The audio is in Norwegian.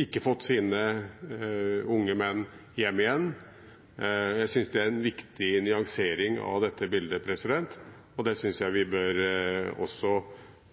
ikke fått sine unge menn hjem igjen. Jeg synes det er en viktig nyansering av dette bildet, og det synes jeg vi også